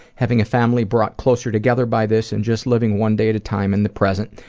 having a family brought closer together by this, and just living one day at a time in the present,